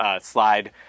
slide